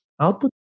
output